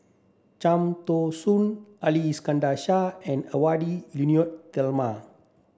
Cham Tao Soon Ali Iskandar Shah and Edwy Lyonet Talma